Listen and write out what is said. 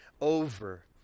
over